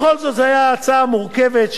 שישבו עליה ועבדו עליה.